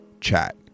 chat